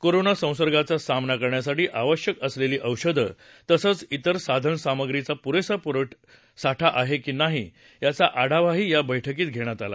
corona संसर्गाचा सामना करण्यासाठी आवश्यक असलेली औषधं तसच इतर साधनसामग्रीचा पुरेसा साठा आहे की नाही याचा आढावाही या बैठकीत घेण्यात आला